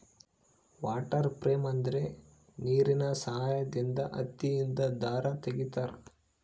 water frame ಅಂದ್ರೆ ನೀರಿನ ಸಹಾಯದಿಂದ ಹತ್ತಿಯಿಂದ ದಾರ ತಗಿತಾರ